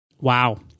Wow